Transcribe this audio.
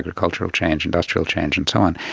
agricultural change, industrial change and so on,